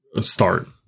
start